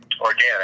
organic